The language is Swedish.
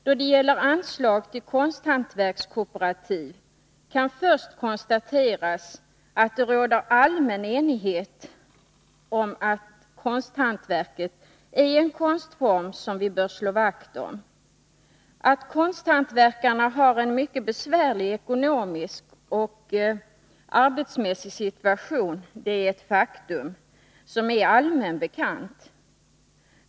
Då det gäller anslag till konsthantverkskooperativ kan först konstateras att det råder allmän enighet om att konsthantverket är en konstform som vi bör slå vakt om. Att konsthantverkarna har en mycket besvärlig ekonomisk och arbetsmässig situation är ett faktum som är allmänt bekant.